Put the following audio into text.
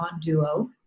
Onduo